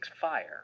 fire